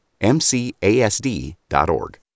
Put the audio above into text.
MCASD.org